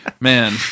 man